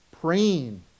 praying